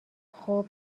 خوب